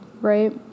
right